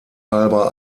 halber